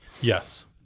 Yes